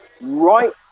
right